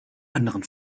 anderen